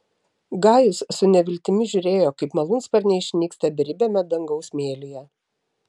gajus su neviltimi žiūrėjo kaip malūnsparniai išnyksta beribiame dangaus mėlyje